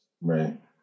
right